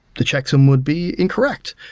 the checksum would be incorrect,